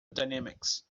dynamics